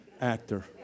actor